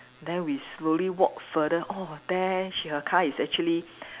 then we slowly walk further oh there she her car is actually